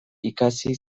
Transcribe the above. ikasi